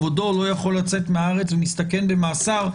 כבודו לא יכול לצאת מהארץ ומסתכן במאסר,